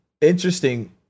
interesting